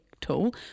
tool